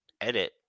edit